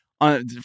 on